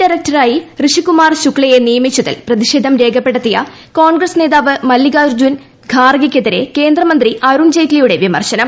ഡയറക്ടറായി ഋഷി കുമാർ ശുക്സയെ നിയമിച്ചതിൽ പ്രതിഷേധം രേഖപ്പെടുത്തിയ കോൺഗ്രസ് നേതാവ് മല്ലികാർ ജ്ജുൻ ഖാർഗെയ്ക്കെതിരെ കേന്ദ്രമന്ത്രി അരുൺ ജെയ്റ്റ്ലിയുടെ വിമർശനം